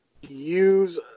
use